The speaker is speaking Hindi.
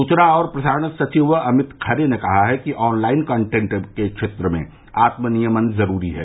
सूचना और प्रसारण सचिव अमित खरे ने कहा है कि ऑनलाइन कांटेन्ट के क्षेत्र में आत्म नियमन जरूरी है